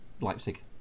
Leipzig